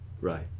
Right